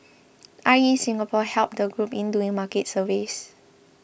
I E Singapore helped the group in doing market surveys